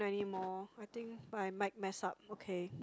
anymore I think my mic mess up okay